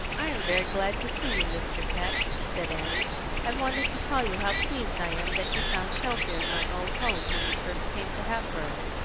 i am very glad to see you, mr. peck, said annie i've wanted to tell you how pleased i am that you found shelter in my old home when you first came to hatboro'.